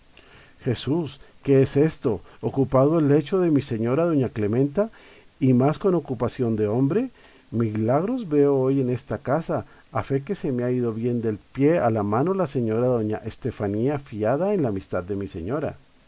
jesús qué es esto ocupado el lecho de mi señora doña clementa y más con ocupación de hombre milagros veo hoy en esta casa a fe que se ha ido bien del pie a la mano la señora doña estefanía fiada en la amistad de mi señora